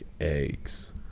eggs